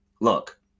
look